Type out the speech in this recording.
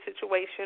situation